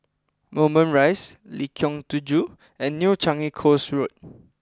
Moulmein Rise Lengkong Tujuh and New Changi Coast Road